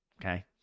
Okay